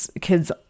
kids